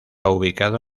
ubicado